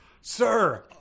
sir